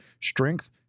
strength